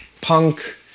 punk